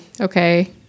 okay